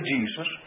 Jesus